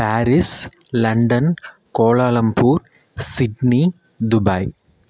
Paris London Kuala Lumpur Sydney Dubai